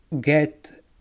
get